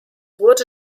wurde